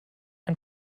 ein